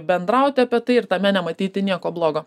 bendrauti apie tai ir tame nematyti nieko blogo